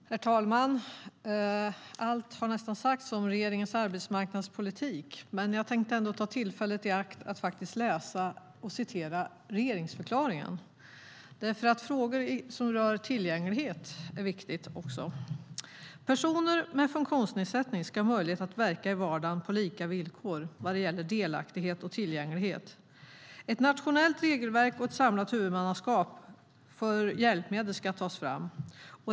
Herr talman! Allt har nästan sagts om regeringens arbetsmarknadspolitik, men jag tänkte ändå ta tillfället i akt och citera regeringsförklaringen. Frågor som rör tillgänglighet är nämligen också viktigt. Så här står det i regeringsförklaringen:"Personer med funktionsnedsättning ska ha möjlighet att verka i vardagen på lika villkor vad gäller delaktighet och tillgänglighet. Ett nationellt regelverk och ett samlat huvudmannaskap för hjälpmedel tas fram.